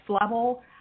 level